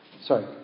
Sorry